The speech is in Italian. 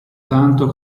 tanto